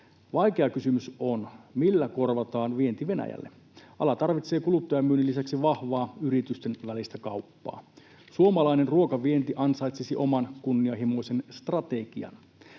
Vaikea kysymys on, millä korvataan vienti Venäjälle. Ala tarvitsee kuluttajamyynnin lisäksi vahvaa yritysten välistä kauppaa. Suomalainen ruokavienti ansaitsisi oman kunnianhimoisen strategian.